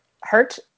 hurt